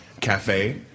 cafe